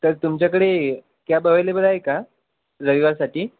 तर तुमच्याकडे cab available आहे का रविवारसाठी